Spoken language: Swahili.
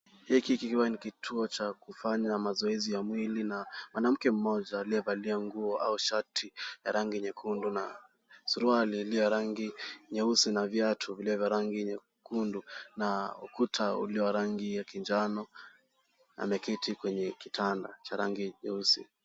Hiki kikiwa ni kituo cha kufanya mazoezi ya mwili. Na mwanamke mmoja aliyevalia nguo au shati ya rangi nyekundu na suruali iliyo ya rangi nyeusi na viatu vile vya rangi nyekundu. Na ukuta ulio wa rangi ya kinjano, ameketi kwenye kitanda cha rangi nyeusi.